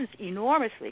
enormously